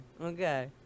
okay